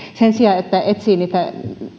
sen sijaan että etsii niitä